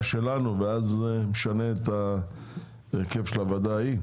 שלנו וזה משנה את ההרכב של הוועדה ההיא.